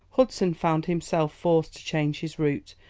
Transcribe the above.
hudson found himself forced to change his route,